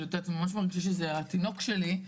אני ממש מרגישה שזה היה התינוק שלי,